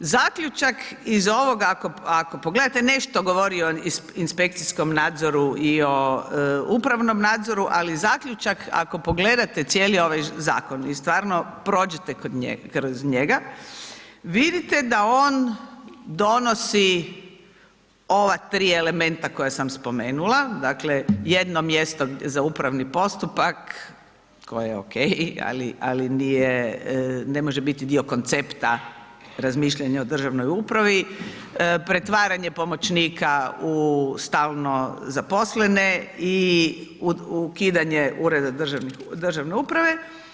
Zaključak iz ovoga ako pogledate nešto govori o inspekcijskom nadzoru i o upravnom nadzoru, ali zaključak ako pogledate cijeli ovaj zakon i stvarno prođete kroz njega, vidite da on donosi ova tri elementa koja sam spomenula, dakle, jedno mjesto za upravni postupak koje je okej, ali nije, ne može biti dio koncepta razmišljanja o državnoj upravi, pretvaranje pomoćnika u stalno zaposlene i ukidanje ureda državne uprave.